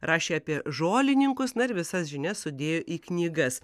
rašė apie žolininkus na ir visas žinias sudėjo į knygas